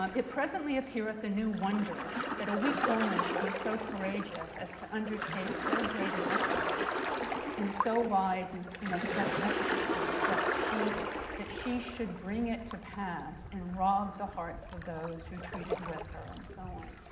um it presently appeareth a new wonder that a weak woman should be so courageous as to undertake so great an essay and so wise and and of such efficacy that she that she should bring it to pass and rob the hearts of those who treated with her, and so on.